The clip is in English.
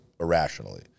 irrationally